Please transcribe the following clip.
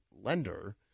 lender